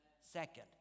Second